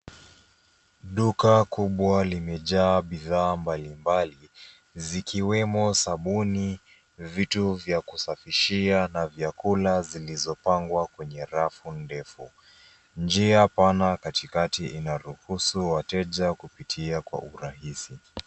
Duka kubwa limejaa bidhaa mbalimbali zikiwemo sabuni, vitu vya kusafishia na vyakula zilizopangwa kwenye rafu ndefu. Njia pana katikati inaruhusu wateja kupitia kwa urahisi.